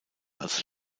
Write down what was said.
als